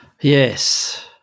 Yes